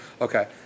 Okay